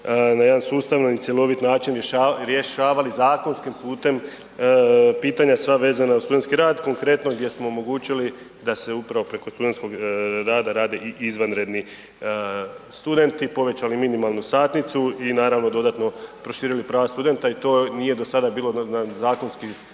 na jedan sustavno i cjelovit način rješavali zakonskim putem pitanja sva vezana uz studentski rad, konkretno gdje smo omogućili da se upravo preko studentskog rada rade i izvanredni studenti, povećali minimalnu satnicu i naravno dodatno proširili prava studenta i to nije do sada bilo na, na zakonskim